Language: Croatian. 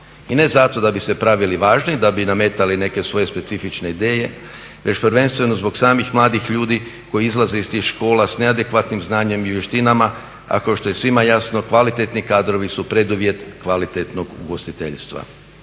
I ne zato da bi se pravili važni, da bi nametali neke svoje specifične ideje već prvenstveno zbog samih mladih ljudi koji izlaze iz tih škola s neadekvatnim znanjem i vještinama a kao što je svima jasno kvalitetni kadrovi su preduvjet kvalitetnog ugostiteljstva.